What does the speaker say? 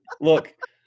Look